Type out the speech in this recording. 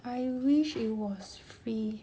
I wish it was free